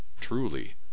Truly